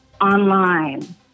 online